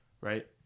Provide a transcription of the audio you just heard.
Right